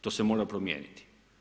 To se mora promijeniti.